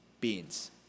beans